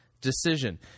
decision